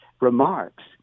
remarks